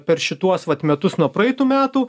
per šituos vat metus nuo praeitų metų